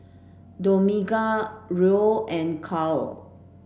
Dominga Roel and Carl